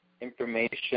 information